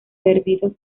perdidos